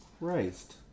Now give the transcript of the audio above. Christ